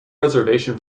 reservation